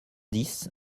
dix